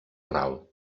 ral